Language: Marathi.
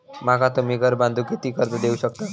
माका तुम्ही घर बांधूक किती कर्ज देवू शकतास?